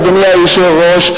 אדוני היושב-ראש,